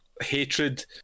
Hatred